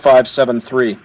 five seven three